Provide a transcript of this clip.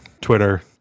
Twitter